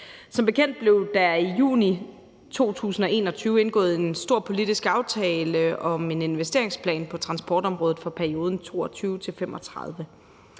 Som bekendt blev der i juni 2021 indgået en stor politisk aftale om en investeringsplan på transportområdet for perioden 2022-2035.